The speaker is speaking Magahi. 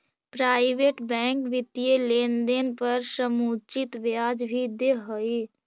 प्राइवेट बैंक वित्तीय लेनदेन पर समुचित ब्याज भी दे हइ